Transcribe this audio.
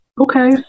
okay